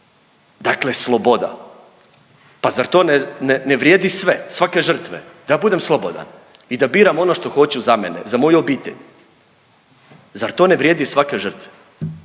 dakle sloboda, pa zar to ne, ne vrijedi sve, svake žrtve da budem slobodan i da biram ono što hoću za mene, za moju obitelj, zar to ne vrijedi svake žrtve,